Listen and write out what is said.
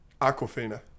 Aquafina